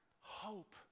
hope